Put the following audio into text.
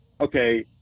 okay